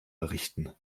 errichten